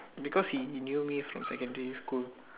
because he knew me from secondary school